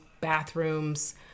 bathrooms